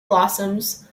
blossoms